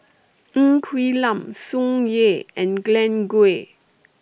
Ng Quee Lam Tsung Yeh and Glen Goei